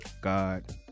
God